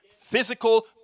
physical